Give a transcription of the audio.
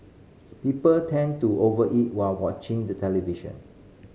people tend to over eat while watching the television